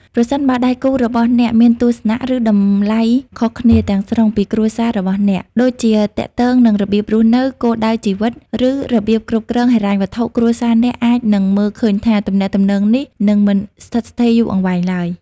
ប្រសិនបើដៃគូរបស់អ្នកមានទស្សនៈ ឬតម្លៃខុសគ្នាទាំងស្រុងពីគ្រួសាររបស់អ្នក ដូចជាទាក់ទងនឹងរបៀបរស់នៅ គោលដៅជីវិត ឬរបៀបគ្រប់គ្រងហិរញ្ញវត្ថុ គ្រួសារអ្នកអាចនឹងមើលឃើញថា ទំនាក់ទំនងនេះនឹងមិនស្ថិតស្ថេរយូរអង្វែងឡើយ។